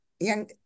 young